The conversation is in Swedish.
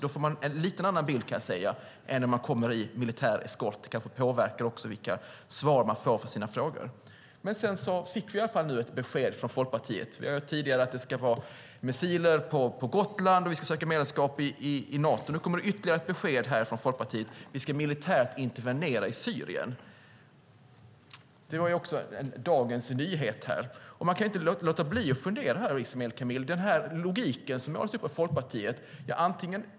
Då får man, kan jag säga, en lite annan bild än när man kommer med militäreskort, och det kanske också påverkar vilka svar man får på sina frågor. Nu fick vi i alla fall ett besked från Folkpartiet. Vi har tidigare hört att det ska vara missiler på Gotland och att vi ska söka medlemskap i Nato. Nu kommer det ytterligare ett besked från Folkpartiet: Vi ska intervenera militärt i Syrien. Det var dagens nyhet! Man kan inte låta bli att fundera, Ismail Kamil, över den logik som målas upp av Folkpartiet.